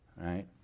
right